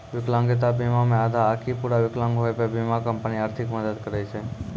विकलांगता बीमा मे आधा आकि पूरा विकलांग होय पे बीमा कंपनी आर्थिक मदद करै छै